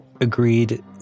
agreed